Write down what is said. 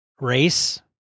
race